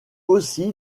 aussi